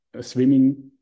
swimming